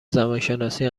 زبانشناسی